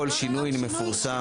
כל שינוי מפורסם.